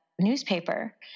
newspaper